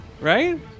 right